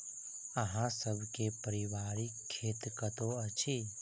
अहाँ सब के पारिवारिक खेत कतौ अछि?